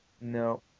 No